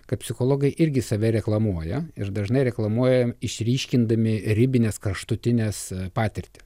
kad psichologai irgi save reklamuoja ir dažnai reklamuoja išryškindami ribines kraštutines patirtį